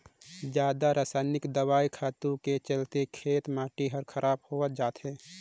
जादा रसायनिक दवई खातू के चलते खेत के माटी हर खराब होवत जात हे